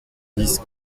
dix